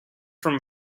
from